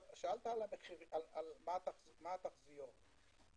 שאלת מה התחזיות.